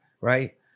right